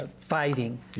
fighting